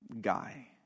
guy